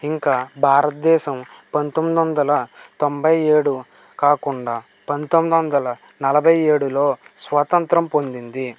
ఇంకా భారతదేశం పంతొమ్మిదొందల తొంభై ఏడు కాకుండా పంతొమ్మిదొందల నలభై ఏడులో స్వతంత్రం పొందింది